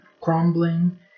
crumbling